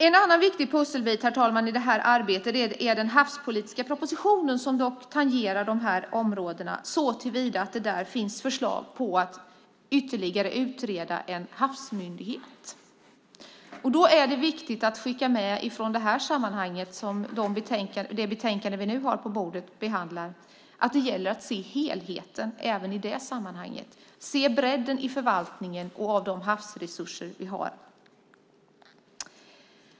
En annan viktig pusselbit i det här arbetet är den havspolitiska propositionen som tangerar de här områdena såtillvida att det där finns förslag om att ytterligare utreda en havsmyndighet. Då är det viktigt att skicka med att det gäller att se helheten även i det sammanhanget, att se bredden i förvaltningen och i de havsresurser vi har.